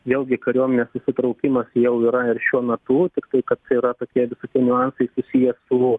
vėlgi kariuomenės įsitraukimas jau yra ir šiuo metu tiktai kad yra tokie visokie niuansai susiję su